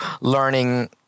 learning